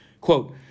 quote